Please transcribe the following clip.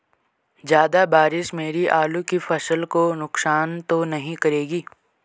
ज़्यादा बारिश मेरी आलू की फसल को नुकसान तो नहीं करेगी?